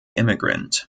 immigrant